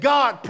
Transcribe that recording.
God